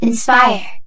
Inspire